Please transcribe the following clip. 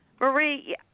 Marie